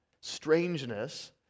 strangeness